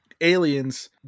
aliens